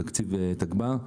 בתקציב תב"ר,